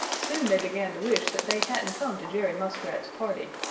soon they began to wish that they hadn't come to jerry muskrat's party.